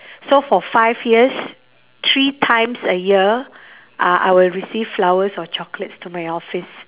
so for five years three times a year uh I will receive flowers or chocolates to my office